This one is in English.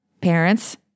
parents